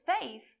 faith